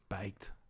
baked